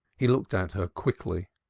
he looked at her quickly.